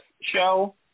show